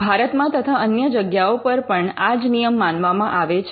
ભારતમાં તથા અન્ય જગ્યાઓ પર પણ આ જ નિયમ માનવામાં આવે છે